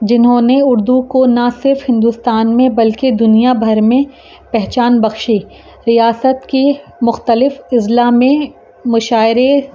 جنہوں نے اردو کو نہ صرف ہندوستان میں بلکہ دنیا بھر میں پہچان بخشی ریاست کی مختلف اضلاع میں مشاعرے